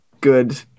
good